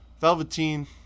Velveteen